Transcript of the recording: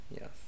Yes